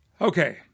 Okay